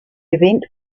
event